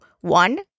one